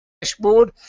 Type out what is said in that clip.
dashboard